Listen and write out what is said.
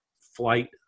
flight